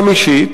חמישית,